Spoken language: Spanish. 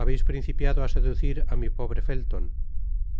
habeis principiado á seducir á mi pobre felton